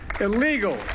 illegal